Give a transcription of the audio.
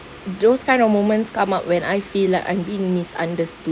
those kind of moments come up when I feel like I'm been misunderstood